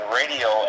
radio